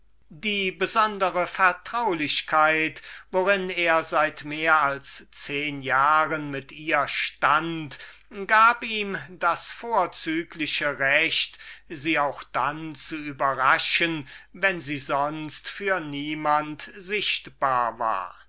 die besondere vertraulichkeit worin er seit mehr als zehn jahren mit ihr gelebt hatte gab ihm das vorzügliche recht sie auch alsdann zu überraschen wenn sie sonst für niemand sichtbar war